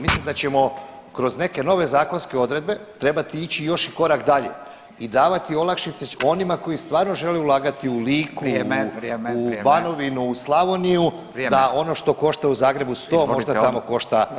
Mislim da ćemo kroz neke nove zakonske odredbe trebati ići još i korak dalje i davati olakšice onima koji stvarno žele ulagati u Liku, u Banovinu, u Slavoniju, da ono što košta u Zagrebu 100 možda tamo košta 50.